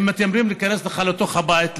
הם מתיימרים להיכנס לך לתוך הבית,